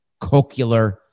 cochlear